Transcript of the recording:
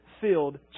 filled